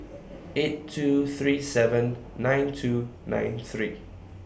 eight two three seven nine two nine three